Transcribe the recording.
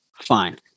Fine